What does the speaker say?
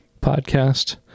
podcast